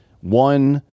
one